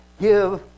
give